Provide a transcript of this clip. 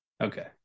Okay